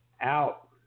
out